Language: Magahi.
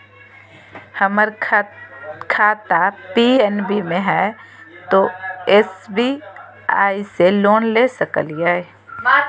हमर खाता पी.एन.बी मे हय, तो एस.बी.आई से लोन ले सकलिए?